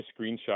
screenshot